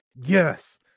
Yes